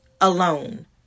alone